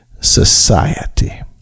society